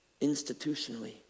institutionally